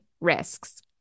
risks